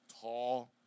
tall